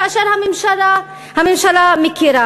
כאשר הממשלה מכירה